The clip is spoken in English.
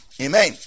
Amen